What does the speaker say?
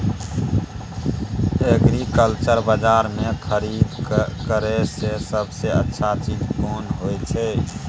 Agriculture बाजार में खरीद करे से सबसे अच्छा चीज कोन होय छै?